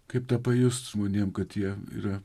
kaip tą pajust žmonėm kad jie yra